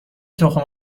تخم